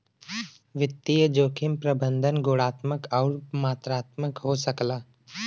वित्तीय जोखिम प्रबंधन गुणात्मक आउर मात्रात्मक हो सकला